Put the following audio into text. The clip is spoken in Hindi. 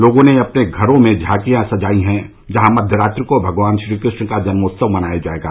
लोगों ने अपने घरों में झांकियाँ सजाई हैं जहां मध्यरात्रि को भगवान श्रीकृष्ण का जन्मोत्सव मनाया जाएगा